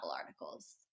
articles